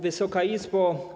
Wysoka Izbo!